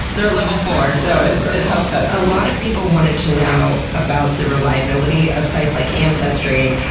they're a level four! so it helps us. a lot of people wanted to know about the reliability of sites like ancestry.